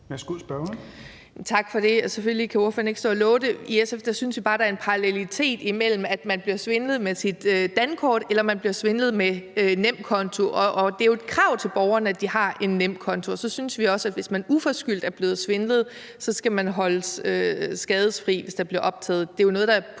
og love det. I SF synes vi bare, at der er en parallelitet mellem, at man bliver svindlet med sit dankort og man bliver svindlet med sin nemkonto. Og det er jo et krav til borgerne, at de har en nemkonto, og så synes vi også, at hvis man uforskyldt er blevet svindlet, skal man holdes skadesfri, hvis der bliver optaget